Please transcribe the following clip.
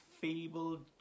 feeble